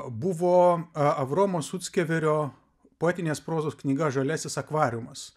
buvo avromo suckeverio poetinės prozos knyga žaliasis akvariumas